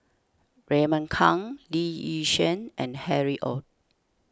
Raymond Kang Lee Yi Shyan and Harry Ord